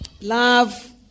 love